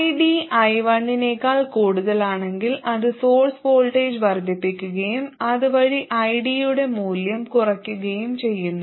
ID I1 നേക്കാൾ കൂടുതലാണെങ്കിൽ അത് സോഴ്സ് വോൾട്ടേജ് വർദ്ധിപ്പിക്കുകയും അതുവഴി ID യുടെ മൂല്യം കുറയ്ക്കുകയും ചെയ്യുന്നു